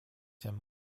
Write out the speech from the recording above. him